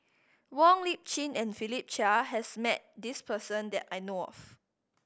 Wong Lip Chin and Philip Chia has met this person that I know of